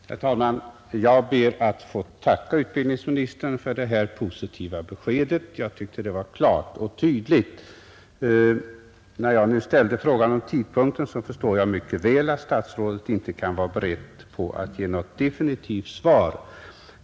Herr talman! Jag ber att få tacka utbildningsministern för detta positiva besked som jag tyckte var klart och tydligt. När jag ställde frågan om tidpunkten förstod jag mycket väl att statsrådet inte är beredd att ge något definitivt svar.